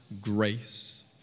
grace